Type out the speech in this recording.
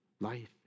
life